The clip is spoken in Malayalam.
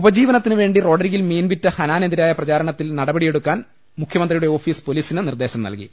ഉപജീവനത്തിനു വേണ്ടി റോഡരികിൽ മീൻ വിറ്റ ഹനാനെ തിരായ പ്രചാരണത്തിൽ നടപടിയെടുക്കാൻ മുഖൃമന്ത്രിയുടെ ഓഫീസ് പൊലീസിന് നിർദേശം നല്കി